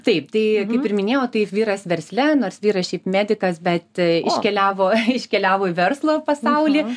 taip tai kaip ir minėjau taip vyras versle nors vyras šiaip medikas bet iškeliavo iškeliavo į verslo pasaulį